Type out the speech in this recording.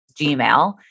Gmail